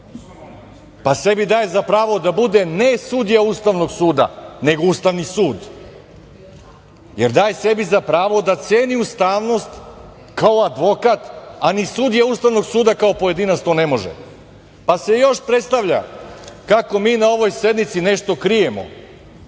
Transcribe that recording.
pa sebi daje za pravo da bude ne sudija Ustavnog suda, nego Ustavni sud, jer daje sebi za pravo da ceni ustavnost kao advokat, a ni sudija Ustavnog suda kao pojedinac to ne može. Pa se još predstavlja kako mi na ovoj sednici nešto krijemo,